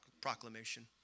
proclamation